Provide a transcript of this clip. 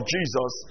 Jesus